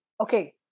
okay